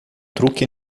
truque